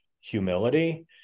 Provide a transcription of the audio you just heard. humility